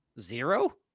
zero